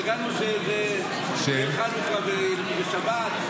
הגענו שנר חנוכה בשבת,